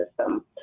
system